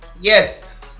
Yes